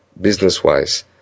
business-wise